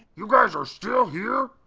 you guys are still here?